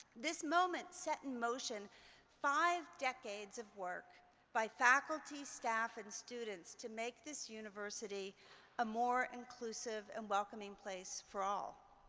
this moment set in motion five decades of work by faculty, staff, and students to make this university a more inclusive and welcoming place for all.